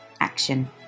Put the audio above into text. action